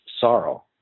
sorrow